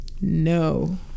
No